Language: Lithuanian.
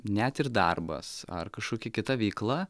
net ir darbas ar kažkokia kita veikla